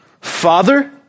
father